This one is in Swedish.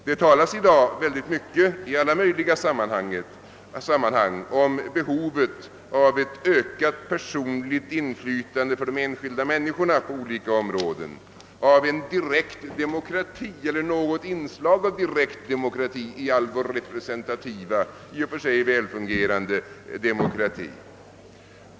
Det talas i dag i alla möjliga sammanhang oerhört mycket om behovet av ett ökat personligt inflytande för de enskilda människorna, av något inslag av direkt demokrati i vår i och för sig välfungerande representativa demokrati.